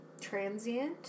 transient